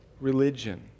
religion